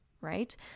right